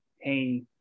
hey